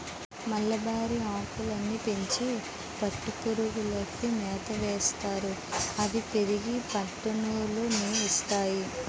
మలబరిఆకులని పెంచి పట్టుపురుగులకి మేతయేస్తారు అవి పెరిగి పట్టునూలు ని ఇస్తాయి